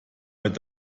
mit